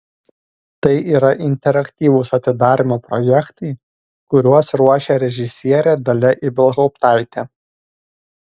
tai yra interaktyvūs atidarymo projektai kuriuos ruošia režisierė dalia ibelhauptaitė